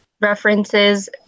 references